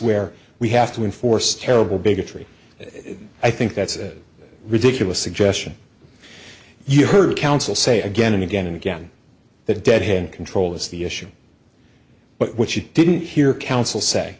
where we have to enforce terrible bigotry i think that's a ridiculous suggestion you heard counsel say again and again and again that deadhead control is the issue but what you didn't hear counsel say